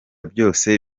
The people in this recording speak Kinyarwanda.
byose